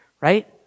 Right